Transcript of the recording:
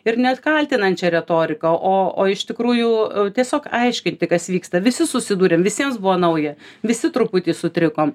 ir net kaltinančia retorika o o iš tikrųjų tiesiog aiškinti kas vyksta visi susidūrėm visiems buvo nauja visi truputį sutrikom